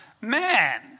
man